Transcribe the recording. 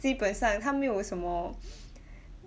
基本上他没有什么